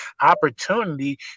opportunity